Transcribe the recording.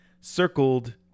circled